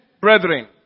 brethren